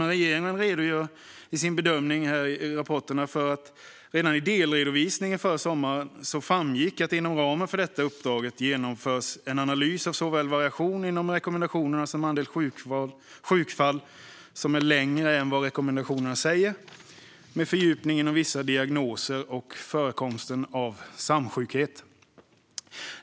Men regeringen redogör i sin bedömning i rapporterna för att det redan i delredovisningen förra sommaren framgick att det inom ramen för detta uppdrag genomförs en analys av såväl variation inom rekommendationerna som andel sjukfall som är längre än vad rekommendationerna säger, med fördjupning inom vissa diagnoser och förekomsten av samsjukhet.